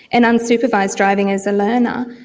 and unsupervised driving as a learner,